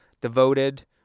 devoted